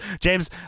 James